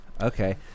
okay